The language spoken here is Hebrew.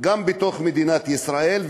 גם בתוך מדינת ישראל,